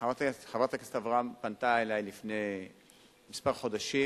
חברת הכנסת אברהם פנתה אלי לפני כמה חודשים